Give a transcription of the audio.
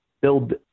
build